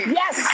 yes